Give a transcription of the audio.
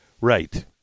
Right